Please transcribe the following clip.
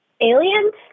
aliens